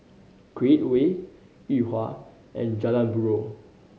Create Way Yuhua and Jalan Buroh